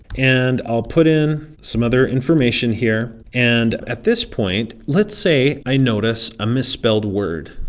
and i'll put in some other information here and at this point let's say i notice a misspelled word,